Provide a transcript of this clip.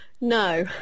No